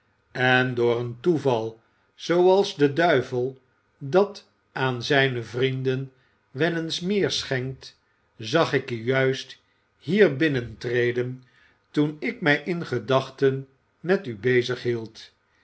en door een toeval zooals de duivel dat aan zijne vrienden wel eens meer schenkt zag ik u juist hier binnentreden toen ik mij in gedachten met u bezig hield